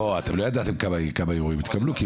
לא, אתם לא ידעתם כמה ערעורים יתקבלו.